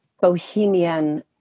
bohemian